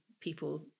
people